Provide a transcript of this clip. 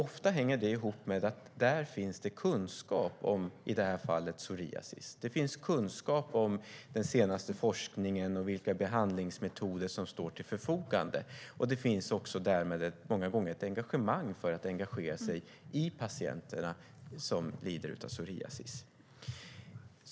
Ofta hänger det ihop med att det där finns kunskap om i det här fallet psoriasis. Det finns kunskap om den senaste forskningen och vilka behandlingsmetoder som står till förfogande. Det finns därmed också många gånger ett engagemang för att engagera sig i patienterna som lider av psoriasis.